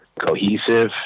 cohesive